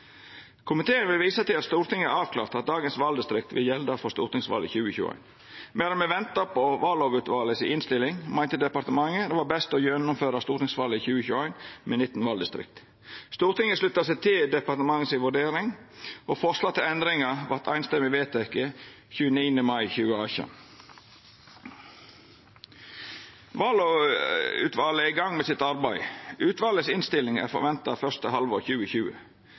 Komiteen vil visa til at Stortinget har avklart at dagens valdistrikt vil gjelda for stortingsvalet 2021. Medan me ventar på innstillinga frå vallovutvalet, meinte departementet at det var best å gjennomføra stortingsvalet i 2021 med 19 valdistrikt. Stortinget slutta seg til departementet si vurdering, og forslag til endringar vart samrøystes vedtekne den 29. mai 2018. Vallovutvalet er i gang med arbeidet sitt. Innstillinga frå utvalet er venta i første halvår 2020.